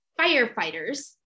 firefighters